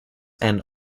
and